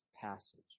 passage